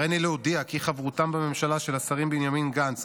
הריני להודיע כי חברותם בממשלה של השרים בנימין גנץ,